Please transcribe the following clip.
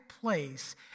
place